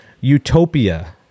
utopia